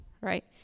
right